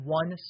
one